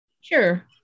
Sure